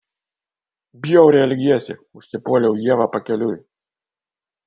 bjauriai elgiesi užsipuoliau ievą pakeliui